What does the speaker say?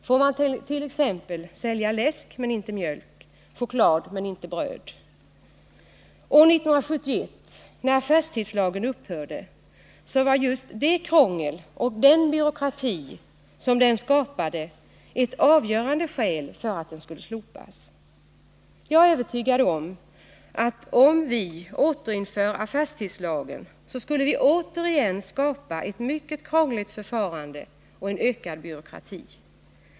Får man t.ex. sälja läsk men inte mjölk, choklad men inte bröd? År 1971 när affärstidslagen upphörde var just det krångel och den byråkrati som den skapade ett avgörande skäl för att den skulle slopas. Jag är övertygad om att genom att återinföra affärstidslagen skulle vi återigen skapa ett mycket krångligt förfarande och en ökad byråkrati.